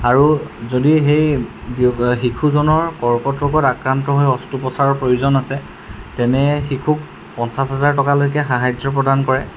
আৰু যদি সেই শিশুজনৰ কৰ্কট ৰোগত আক্ৰান্ত হৈ অষ্ট্ৰোপ্ৰচাৰৰ প্ৰয়োজন আছে তেনে শিশুক পঞ্চাছ হাজাৰ টকালৈকে সাহাৰ্য প্ৰদান কৰে